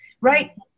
right